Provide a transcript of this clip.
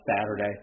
Saturday